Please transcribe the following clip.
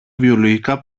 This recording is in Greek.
βιολογικά